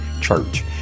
church